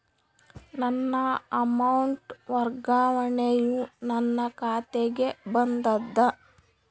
ನನ್ನ ಅಮೌಂಟ್ ವರ್ಗಾವಣೆಯು ನನ್ನ ಖಾತೆಗೆ ಬಂದದ